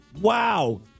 wow